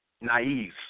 naive